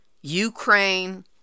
Ukraine